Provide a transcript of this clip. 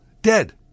dead